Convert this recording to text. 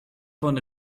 von